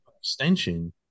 extension